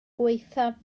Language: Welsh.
gwaethaf